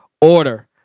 order